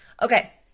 okay,